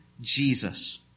Jesus